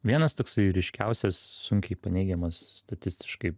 vienas toksai ryškiausias sunkiai paneigiamas statistiškai